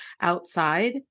outside